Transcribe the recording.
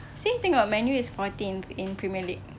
see tengok man U is fourteen in premier league